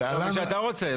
כל מי שאתה רוצה.